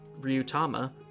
Ryutama